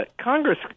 Congress